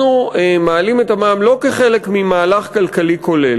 אנחנו מעלים את המע"מ לא כחלק ממהלך כלכלי כולל,